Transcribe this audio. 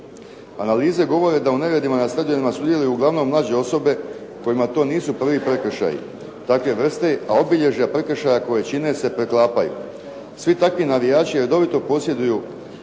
Analize govore da u neredima u stadionima sudjeluju uglavnom mlađe osobe kojima to nisu prvi prekršaji takve vrste, a obilježja prekršaja koji čine se preklapaju. Svi takvi navijači redovito posjeduju